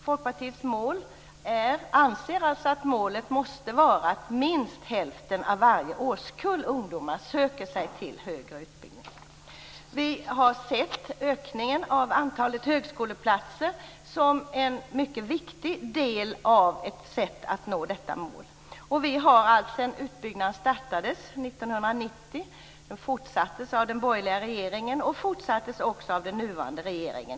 Folkpartiet anser att målet måste vara att minst hälften av varje årskull ungdomar söker sig till högre utbildning. Vi har sett ökningen av antalet högskoleplatser som ett mycket viktigt sätt att nå detta mål. En utbyggnad startades 1990, fortsattes av den borgerliga regeringen och fortsattes också av den nuvarande regeringen.